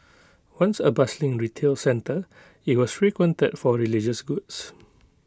once A bustling retail centre IT was frequented for religious goods